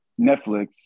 Netflix